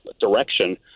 direction